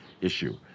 issue